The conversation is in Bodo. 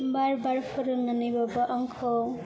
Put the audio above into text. बार बार फोरोंनानैबाबो आंखौ